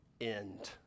end